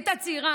היא הייתה צעירה,